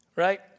Right